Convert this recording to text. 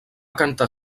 cantar